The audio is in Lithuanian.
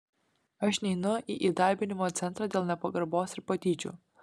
aš neinu į įdarbinimo centrą dėl nepagarbos ir patyčių